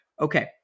okay